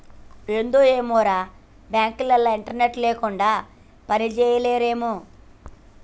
ఏందో ఏమోరా, బాంకులోల్లు ఇంటర్నెట్ లేకుండ పనిజేయలేరేమో